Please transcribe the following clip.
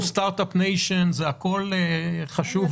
אנחנו חוזרים